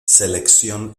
selección